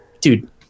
dude